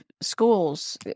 schools